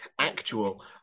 actual